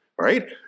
right